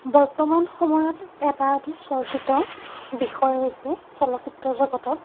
বৰ্তমান সময়ত এটা অতি চৰ্চিত বিষয় হৈছে চলচ্চিত্ৰ জগতত